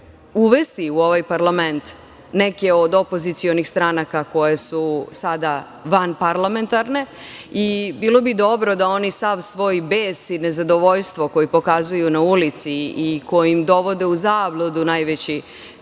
uvesti u ovaj parlament neke od opozicionih stranaka koje su sada vanparlamentarne. Bilo bi dobro da oni sav svoj bes i nezadovoljstvo koje pokazuju na ulici i kojim dovode u zabludu jedan